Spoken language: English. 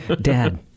dad